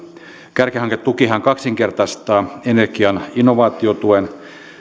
kärkihanketukihan kaksinkertaistaa energian innovaatiotuen